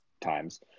times